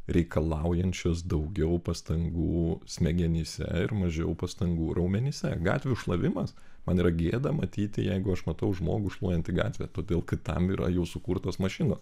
reikalaujančios daugiau pastangų smegenyse ir mažiau pastangų raumenyse gatvių šlavimas man yra gėda matyti jeigu aš matau žmogų šluojantį gatvę todėl kad tam yra jau sukurtos mašinos